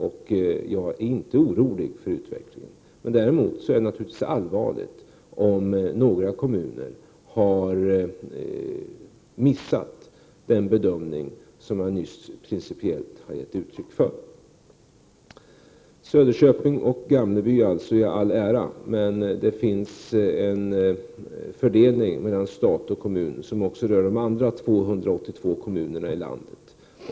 Jag är inte orolig för utvecklingen. Däremot är det naturligtvis allvarligt om några kommuner har missat den principiella bedömning som jag nyss har gett uttryck för. Söderköping och Gamleby i all ära — men det finns en fördelning mellan stat och kommun som också rör de andra 282 kommunerna i landet.